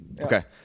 Okay